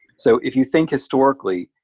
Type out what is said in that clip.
so if you think historically,